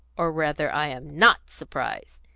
or rather i am not surprised.